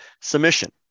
submission